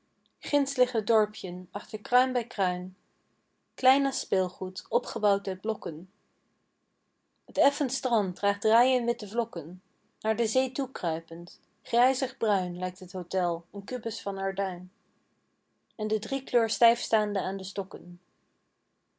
ginds ligt t dorpjen achter kruin bij kruin klein als speelgoed opgebouwd uit blokken t effen strand draagt rijen witte vlokken naar de zee toekruipend grijzig bruin lijkt t hotel een kubus van arduin en de driekleur stijfstaande aan de stokken